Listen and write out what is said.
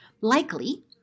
likely